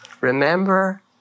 remember